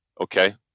okay